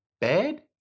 bad